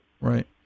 Right